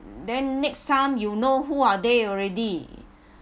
then next time you know who are they already